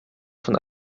von